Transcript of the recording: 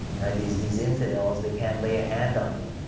these these infidels, they can't lay a hand on me.